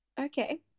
okay